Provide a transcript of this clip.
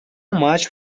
much